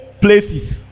places